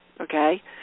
okay